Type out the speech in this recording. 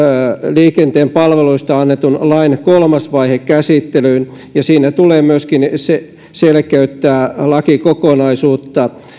liikenteen palveluista annetun lain kolmas vaihe käsittelyyn ja siinä tulee myöskin selkeyttää lakikokonaisuutta